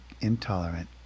intolerant